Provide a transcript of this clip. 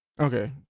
okay